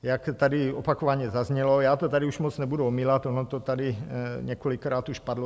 Jak tady opakovaně zaznělo, já to tady už moc nebudu omílat, ono to tady několikrát už padlo.